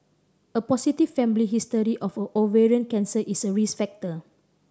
a positive family history of ovarian cancer is a risk factor